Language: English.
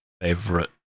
favorite